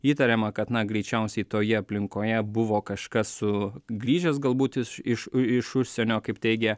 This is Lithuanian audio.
įtariama kad na greičiausiai toje aplinkoje buvo kažkas sugrįžęs galbūt iš iš iš užsienio kaip teigė